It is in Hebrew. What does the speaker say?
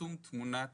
פרסום תמונת